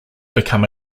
become